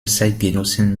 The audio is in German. zeitgenossen